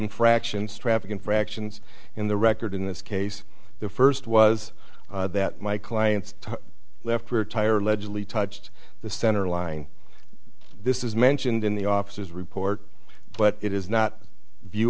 infractions traffic infractions in the record in this case the first was that my client's left rear tire allegedly touched the centerline this is mentioned in the officers report but it is not view